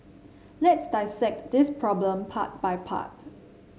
let's dissect this problem part by part